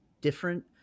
different